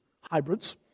hybrids